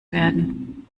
werden